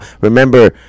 Remember